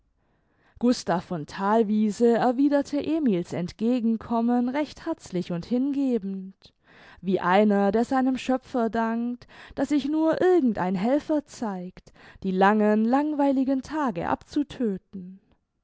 gustav von thalwiese erwiderte emil's entgegenkommen recht herzlich und hingebend wie einer der seinem schöpfer dankt daß sich nur irgend ein helfer zeigt die langen langweiligen tage abzutödten